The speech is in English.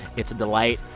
it's a delight.